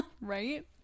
Right